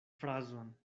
frazon